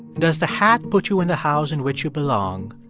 does the hat put you in the house in which you belong?